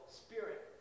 spirit